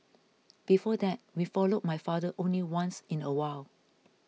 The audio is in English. before that we followed my father only once in a while